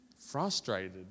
frustrated